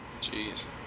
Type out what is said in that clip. Jeez